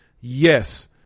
Yes